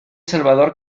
salvador